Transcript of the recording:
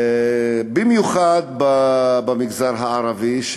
במיוחד במגזר הערבי.